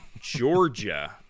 Georgia